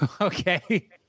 Okay